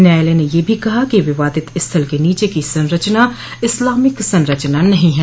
न्यायालय ने यह भी कहा कि विवादित स्थल के नीचे की संरचना इस्लामिक संरचना नहीं है